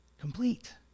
Complete